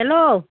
hello